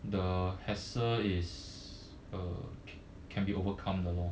the hassle is uh can be overcome 的咯